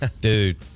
Dude